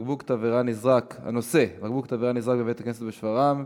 הנושא: בקבוק תבערה נזרק אל בית-כנסת בשפרעם,